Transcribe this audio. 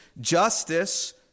justice